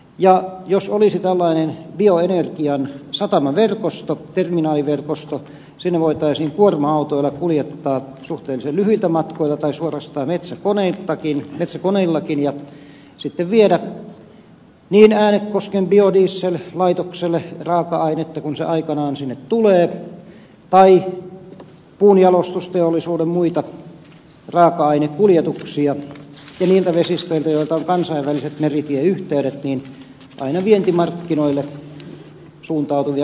ja jos olisi tällainen bioenergian satamaverkosto terminaaliverkosto sinne voitaisiin kuorma autoilla kuljettaa raaka ainetta suhteellisen lyhyiltä matkoilta tai suorastaan metsäkoneillakin ja sitten viedä niin äänekosken biodiesellaitokselle raaka ainetta kun se aikanaan sinne tulee tai puunjalostusteollisuuden muita raaka ainekuljetuksia ja niiltä vesistöiltä joilta on kansainväliset meritieyhteydet aina vientimarkkinoille suuntautuvia kuljetuksia myöten